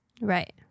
Right